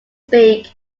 speak